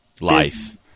Life